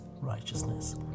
righteousness